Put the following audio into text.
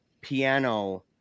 piano